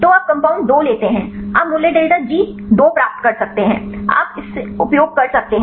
तो आप compound two लेते हैं आप मूल्य डेल्टा जी 2 प्राप्त कर सकते हैं आप इस उपयोग कर सकते हैं